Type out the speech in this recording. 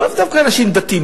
לאו דווקא אנשים דתיים,